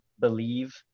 believe